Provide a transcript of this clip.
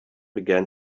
began